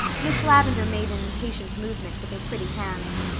miss lavendar made an impatient movement with her pretty hands.